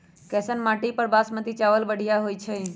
कैसन माटी पर बासमती चावल बढ़िया होई छई?